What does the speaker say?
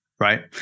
right